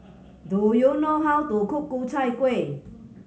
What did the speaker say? do you know how to cook Ku Chai Kueh